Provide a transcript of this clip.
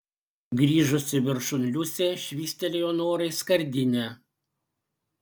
grįžusi viršun liusė švystelėjo norai skardinę